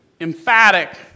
emphatic